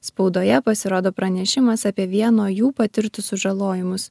spaudoje pasirodo pranešimas apie vieno jų patirtus sužalojimus